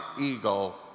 eagle